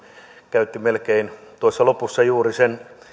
käytti tuossa lopussa melkein juuri sen